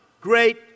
great